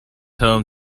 home